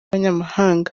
abanyamahanga